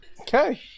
Okay